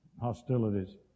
hostilities